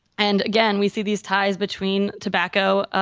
and again, we see these ties between tobacco,